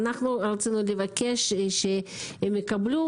רצינו לבקש שיקבלו